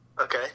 Okay